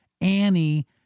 Annie